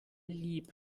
lieb